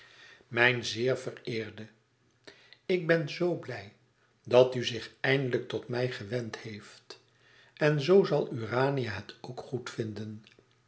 mijn zeer vereerde ik ben zoo blij dat u zich eindelijk tot mij gewend heeft en zoo zal urania het ook goed vinden